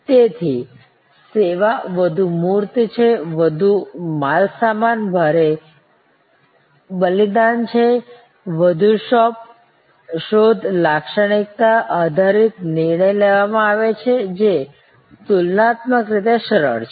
તેથી સેવા વધુ મૂર્ત છે વધુ માલસામાન ભારે બલિદાન છે વધુ શોધ લાક્ષણિક્તા આધારિત નિર્ણય લેવામાં આવે છે જે તુલનાત્મક રીતે સરળ છે